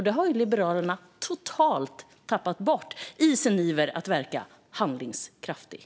Det har Liberalerna totalt tappat bort i sin iver att verka handlingskraftiga.